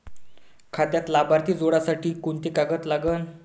खात्यात लाभार्थी जोडासाठी कोंते कागद लागन?